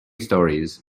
stories